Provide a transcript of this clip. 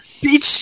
Beach